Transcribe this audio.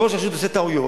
אז ראש רשות עושה טעויות,